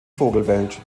vogelwelt